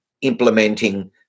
implementing